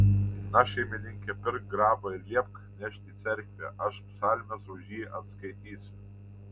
na šeimininke pirk grabą ir liepk nešti į cerkvę aš psalmes už jį atskaitysiu